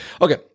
okay